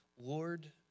Lord